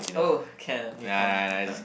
oh can you can't you can't